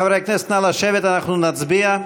חברי הכנסת, נא לשבת, אנחנו נצביע.